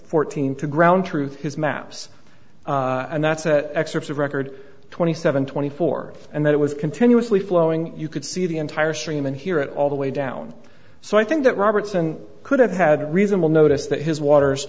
fourteen to ground truth his maps and that's an excerpt of record twenty seven twenty four and that it was continuously flowing you could see the entire stream and hear it all the way down so i think that robertson could have had a reasonable notice that his waters